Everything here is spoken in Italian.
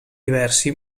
diversi